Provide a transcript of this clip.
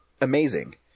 amazing